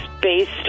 based